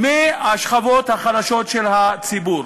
מהשכבות החלשות של הציבור.